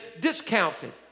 discounted